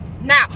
now